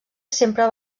sempre